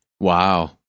Wow